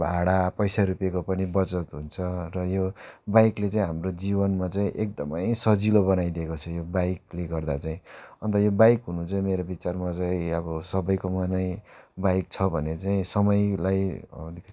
भाडा पैसा रुपियाँको पनि बचत हुन्छ र यो बाइकले चाहिँ हाम्रो जीवनमा चाहिँ एकदमै सजिलो बनाइदिएको छ यो बाइकले गर्दा चाहिँ अन्त यो बाइक हुनु चाहिँ मेरो विचारमा चाहिँ अब सबैकोमा नै बाइक छ भने चाहिँ समयलाई अलिक